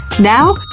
Now